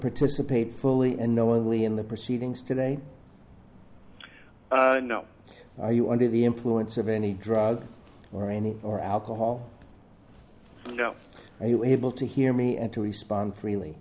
participate fully and knowingly in the proceedings today no are you under the influence of any drugs or any or alcohol no are you able to hear me and to respond freely